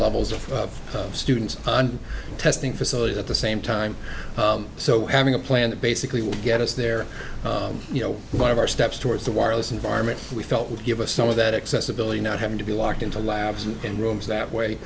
levels of students testing facilities at the same time so having a plan that basically would get us there you know one of our steps towards the wireless environment we felt would give us some of that accessibility not having to be locked into labs and rooms that way